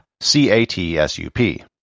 C-A-T-S-U-P